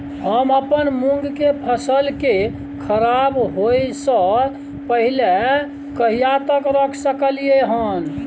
हम अपन मूंग के फसल के खराब होय स पहिले कहिया तक रख सकलिए हन?